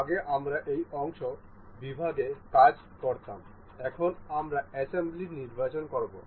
আগে আমরা এই অংশ বিভাগে কাজ করতাম এখন আমরা অ্যাসেম্বলি নির্বাচন করব